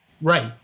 Right